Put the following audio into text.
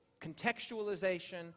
contextualization